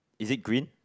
is it green